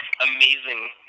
amazing